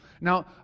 Now